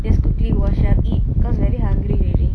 just quickly wash up eat because very hungry already